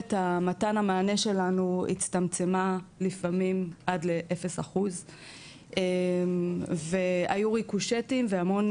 ויכולת מתן המענה שלנו הצטמצמה לפעמים עד ל-0% והיו ריקושטים והמון